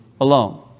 alone